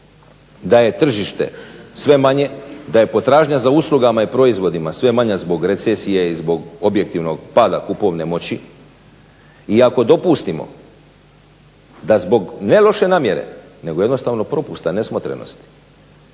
da je tržište sve manje, da je potražnja za uslugama i proizvodima sve manja zbog recesije i zbog objektivnog pada kupovne moći i ako dopustimo da zbog ne loše namjere nego jednostavno propusta, nesmotrenosti